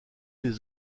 les